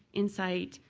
insight,